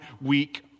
weak